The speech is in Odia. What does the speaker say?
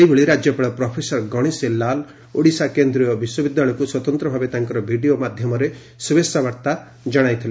ସେହିଭଳି ରାକ୍ୟପାଳ ପ୍ରଫେସର ଗଣେଶଣୀ ଲାଲ ଓଡ଼ିଶା କେନ୍ଦୀୟ ବିଶ୍ୱବିଦ୍ୟାଳୟକୁ ସ୍ୱତନ୍ତ ଭାବେ ତାଙ୍କର ଭିଡ଼ିଓ ମାଧ୍ଧମରେ ଶୁଭେଛା ବାର୍ଭା ଜଣାଇଥିଲେ